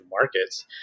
markets